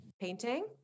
Painting